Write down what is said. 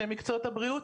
שהם מקצועות הבריאות,